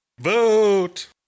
Vote